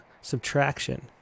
subtraction